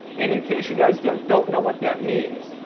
and in case you guys yeah don't know what that means,